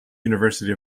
university